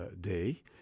day